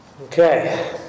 Okay